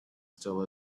still